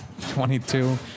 22